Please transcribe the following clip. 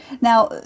Now